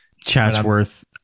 Chatsworth